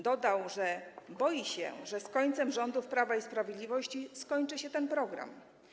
Dodał, że boi się, że z końcem rządów Prawa i Sprawiedliwości skończy się ten program.